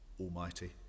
Almighty